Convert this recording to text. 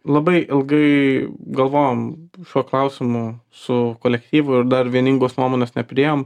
labai ilgai galvojom šiuo klausimu su kolektyvu ir dar vieningos nuomonės nepriėjom